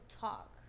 talk